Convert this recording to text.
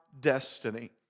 destiny